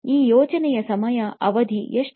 ಈ ಯೋಜನೆಯ ಸಮಯದ ಅವಧಿ ಎಷ್ಟು